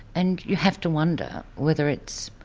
and you have to wonder whether it's,